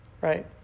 right